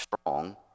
strong